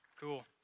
Cool